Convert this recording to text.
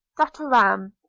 dateram,